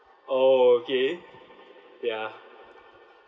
oh okay ya